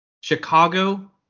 Chicago